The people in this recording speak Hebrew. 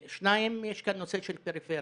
שנית, יש כאן נושא של פריפריה.